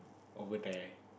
over there